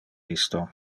isto